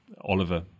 oliver